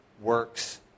works